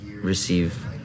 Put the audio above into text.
receive